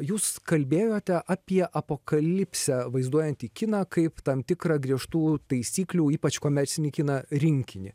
jūs kalbėjote apie apokalipsę vaizduojantį kiną kaip tam tikrą griežtų taisyklių ypač komercinį kiną rinkinį